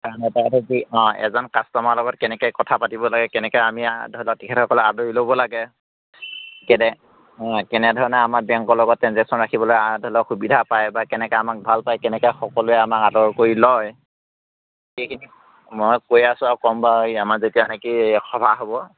কাম এটা কৰি এজন কাষ্টমাৰৰ লগত কেনেকৈ কথা পাতিব লাগে কেনেকৈ আমি এতিয়া ধৰি লওক আদৰি ল'ব লাগে কেনেধৰণে আমাৰ বেংকৰ লগত ট্ৰেনজেকচন ৰাখিবলৈ আৰু ধৰি লওক সুবিধা পাই আৰু কেনেকৈ আমাক ভাল পাই সকলোৱে আমাক আদৰি কৰি লয় সেই মই কৈ আছো আৰু কম বাৰু এই আমাৰ যেতিয়া নেকি এই সভা হ'ব